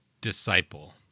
disciple